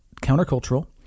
countercultural